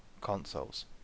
consoles